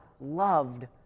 loved